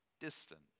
distant